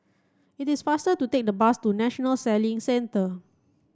it is faster to take the bus to National Sailing Centre